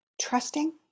Trusting